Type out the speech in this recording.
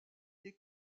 des